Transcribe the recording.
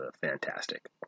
fantastic